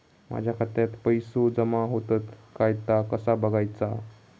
माझ्या खात्यात पैसो जमा होतत काय ता कसा बगायचा?